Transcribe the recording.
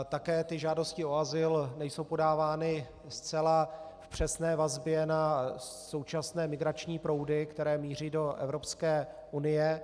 Také ty žádosti o azyl nejsou podávány zcela v přesné vazbě na současné migrační proudy, které míří do Evropské unie.